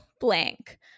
blank